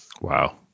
Wow